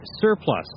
surplus